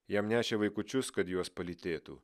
jam nešė vaikučius kad juos palytėtų